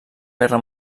guerra